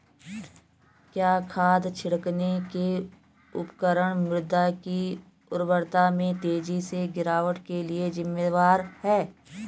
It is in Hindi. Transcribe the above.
क्या खाद छिड़कने के उपकरण मृदा की उर्वरता में तेजी से गिरावट के लिए जिम्मेवार हैं?